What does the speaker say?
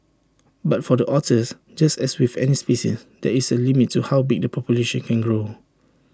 but for the otters just as with any species there is A limit to how big the population can grow